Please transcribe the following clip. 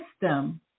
system